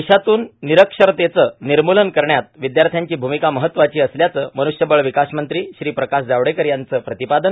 देशातून निरक्षतरेचं निर्मूलन करण्यात विद्यार्थ्याची भूमिका महत्वाची असल्याचं मन्नष्यबळ विकास मंत्री श्री प्रकाश जावडेकर यांचं प्रतिपादन